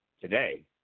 today